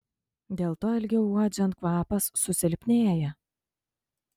dėl to ilgiau uodžiant kvapas susilpnėja